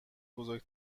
بزرگ